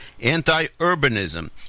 anti-urbanism